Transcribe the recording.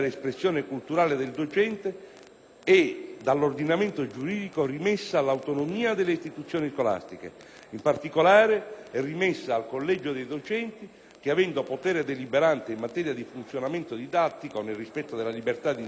è dall'ordinamento giuridico rimessa all'autonomia delle istituzioni scolastiche; in particolare, è rimessa al collegio dei docenti che, avendo potere deliberante in materia di funzionamento didattico nel rispetto della libertà di insegnamento, garantita a ciascun docente,